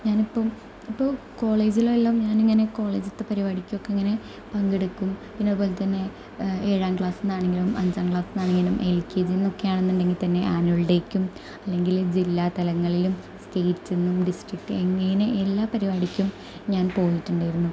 ഞാനിപ്പം ഇപ്പോൾ കോളേജിലെല്ലാം ഞാനിങ്ങനെ കോളജിലത്തെ പരിപാടിക്കൊക്കെ ഇങ്ങനെ പങ്കെടുക്കും പിന്നെ അതുപോലെതന്നെ ഏഴാം ക്ലാസിൽ നിന്ന് ആണെങ്കിലും അഞ്ചാം ക്ലാസിൽ നിന്ന് ആണെങ്കിലും എൽ കെ ജിയിൽ നിന്നൊക്കെയാണെന്നുണ്ടെങ്കിൽ തന്നെ ആനുവൽ ഡേയ്ക്കും അല്ലെങ്കിൽ ജില്ല തലങ്ങളിലും സ്റ്റേറ്റിന്നും ഡിസ്ട്രിക്ടിൽ നിന്നും അങ്ങനെ എല്ലാ പരിപാടിക്കും ഞാൻ പോയിട്ടുണ്ടായിരുന്നു